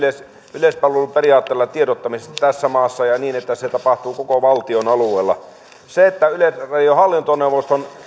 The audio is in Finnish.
yleispalveluperiaatteella tiedottamisesta tässä maassa ja ja niin että se tapahtuu koko valtion alueella se että yleisradion hallintoneuvoston